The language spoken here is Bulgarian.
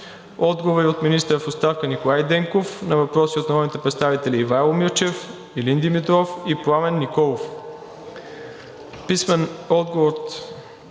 Ганев; - министъра в оставка Николай Денков на въпроси от народните представители Ивайло Мирчев, Илин Димитров и Пламен Николов;